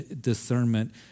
discernment